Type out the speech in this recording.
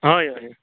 हय हय